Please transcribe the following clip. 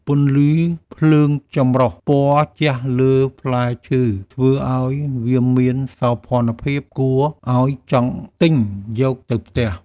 ពន្លឺភ្លើងចម្រុះពណ៌ជះលើផ្លែឈើធ្វើឱ្យវាមានសោភ័ណភាពគួរឱ្យចង់ទិញយកទៅផ្ទះ។